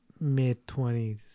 mid-twenties